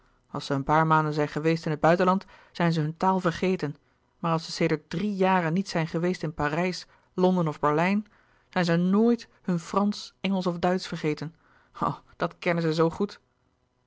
als ze een paar maanden zijn geweest in het buitenland zijn ze hun taal vergeten maar als ze sedert drie jaren niet zijn geweest in parijs londen of berlijn zijn ze n o o i t hun fransch engelsch of duitsch vergeten o dat kennen ze zoo goed